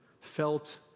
felt